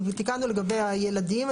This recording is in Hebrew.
תיקנו לגבי הילדים,